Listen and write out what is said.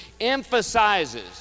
emphasizes